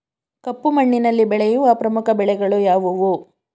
ಕಪ್ಪು ಮಣ್ಣಿನಲ್ಲಿ ಬೆಳೆಯುವ ಪ್ರಮುಖ ಬೆಳೆಗಳು ಯಾವುವು?